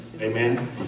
Amen